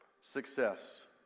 success